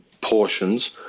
portions